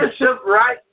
right